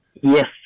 Yes